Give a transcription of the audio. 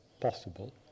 possible